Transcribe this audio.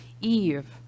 Eve